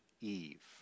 Eve